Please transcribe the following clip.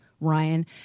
Ryan